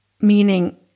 Meaning